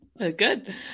Good